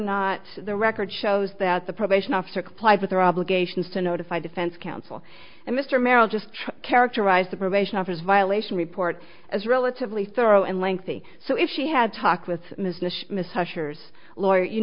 not the record shows that the probation officer complied with their obligations to notify defense counsel and mr merrill just characterized the probation office violation report as relatively thorough and lengthy so if she had talked with miss usher's lawyer you